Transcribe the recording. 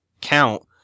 count